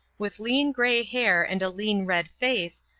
with lean grey hair and a lean red face,